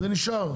זה נשאר.